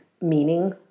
meaning